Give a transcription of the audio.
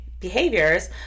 Behaviors